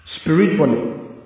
Spiritually